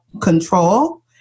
control